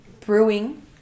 brewing